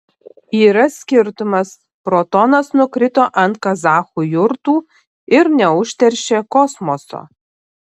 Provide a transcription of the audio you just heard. yra skirtumas protonas nukrito ant kazachų jurtų ir neužteršė kosmoso